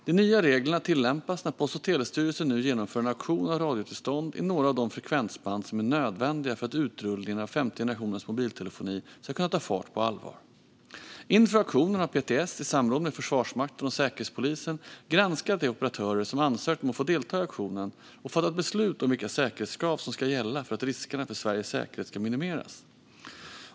De nya reglerna tillämpas när Post och telestyrelsen nu genomför en auktion av radiotillstånd i några av de frekvensband som är nödvändiga för att utrullningen av femte generationens mobiltelefoni ska kunna ta fart på allvar. Inför auktionen har PTS, i samråd med Försvarsmakten och Säkerhetspolisen, granskat de operatörer som ansökt om att få delta i auktionen och fattat beslut om vilka säkerhetskrav som ska gälla för att riskerna för Sveriges säkerhet ska minimeras.